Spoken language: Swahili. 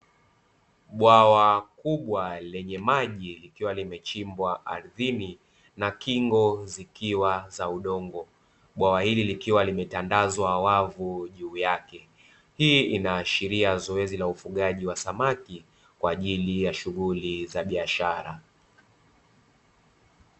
Bwawa kubwa lenye maji likiwa limechimbwa ardhini na kingo zikiwa za udongo, bwawa hili likiwa limetandazwa wavu juu yake. Hii inaashiria zoezi la ufugaji wa samaki kwa ajili ya shughuli za biashara.